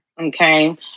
Okay